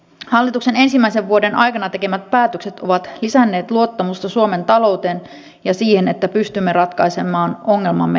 hallituksen ensimmäisen vuoden aikana tekemät päätökset ovat lisänneet luottamusta suomen talouteen ja siihen että pystymme ratkaisemaan ongelmamme itse